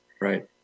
Right